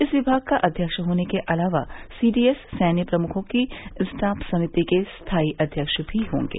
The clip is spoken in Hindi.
इस विभाग का अध्यक्ष होने के अलावा सीडीएस सैन्य प्रमुखों की स्टाफ समिति के स्थाई अध्यक्ष भी होंगे